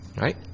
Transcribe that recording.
right